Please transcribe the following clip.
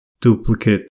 duplicate